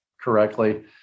correctly